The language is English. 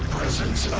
presence